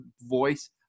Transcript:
voice